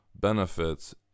benefits